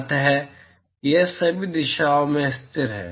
अतः यह सभी दिशाओं में स्थिर है